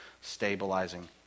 stabilizing